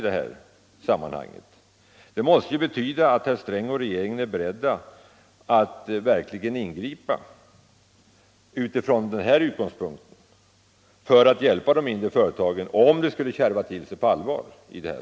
Den måste ju betyda att herr Sträng och regeringen är beredda att verkligen ingripa från den här utgångspunkten för att hjälpa de mindre företagen, om det skulle kärva till sig på allvar.